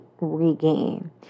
regain